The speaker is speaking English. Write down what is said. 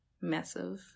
Massive